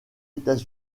états